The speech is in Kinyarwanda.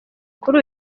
kuri